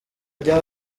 rya